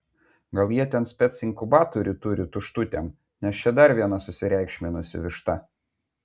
gal jie ten spec inkubatorių turi tuštutėm nes čia dar viena susireikšminusi višta